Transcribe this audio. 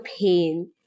pain